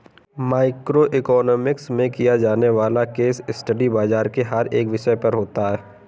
micro economics में किया जाने वाला केस स्टडी बाजार के हर एक विषय पर होता है